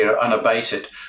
unabated